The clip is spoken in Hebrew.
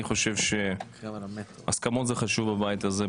שאני חושב שהסכמות בבית הזה הן חשובות.